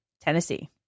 Tennessee